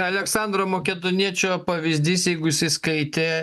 aleksandro makedoniečio pavyzdys jeigu jisai skaitė